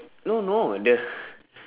no no the